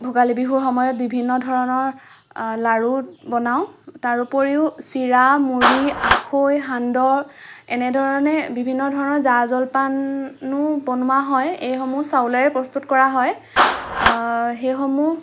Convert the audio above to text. ভোগালী বিহু সময়ত বিভিন্ন ধৰণৰ লাৰু বনাওঁ তাৰ উপৰিও চিৰা মুৰি আখৈ সান্দহ এনে ধৰণে বিভিন্ন ধৰণৰ জা জলপানো বনোৱা হয় এই সমূহ চাউলেৰে প্ৰস্তুত কৰা হয় সেইসমূহ